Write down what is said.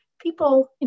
people